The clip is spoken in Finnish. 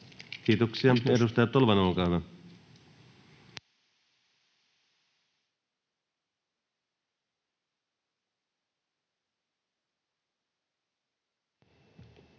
Kiitoksia. — Edustaja Tolvanen, olkaa hyvä.